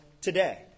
today